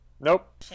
Nope